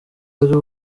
ari